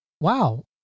wow